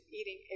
eating